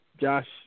Josh